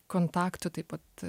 kontaktų taip pat